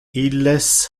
illes